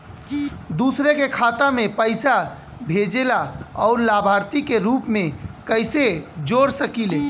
दूसरे के खाता में पइसा भेजेला और लभार्थी के रूप में कइसे जोड़ सकिले?